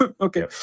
Okay